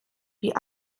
wie